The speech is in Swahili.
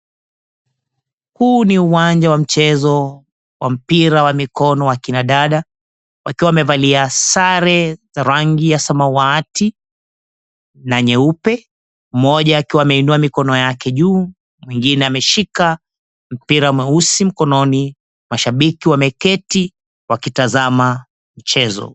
Huu ni uwanja wa mchezo wa mpira wa mikono wa kina dada wakiwa wamevalia sare za rangi ya samawati na nyeupe, mmoja akiwa ameinua mikono yake juu, mwingine ameshika mpira mweusi mkononi, mashabiki wameketi wakitazama mchezo.